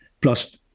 plus